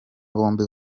bombi